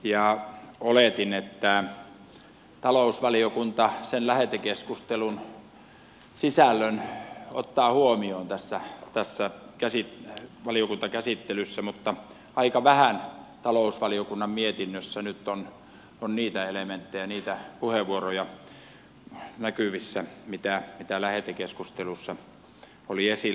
oletin että talousvaliokunta sen lähetekeskustelun sisällön ottaa huomioon valiokuntakäsittelyssä mutta aika vähän talousvaliokunnan mietinnössä nyt on näkyvissä niitä elementtejä niitä puheenvuoroja mitä lähetekeskustelussa oli esillä